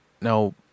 Now